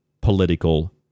political